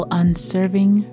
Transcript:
unserving